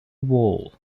wall